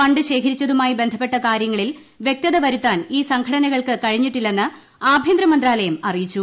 fund ശേഖരിച്ചതുമായി ബന്ധപ്പെട്ട കാര്യങ്ങളിൽ വ്യക്തത വരുത്താൻ ഈ സംഘടനകൾക്ക് കഴിഞ്ഞിട്ടില്ലെന്ന് ആഭ്യന്തരമന്ത്രാലയം അറിയിച്ചു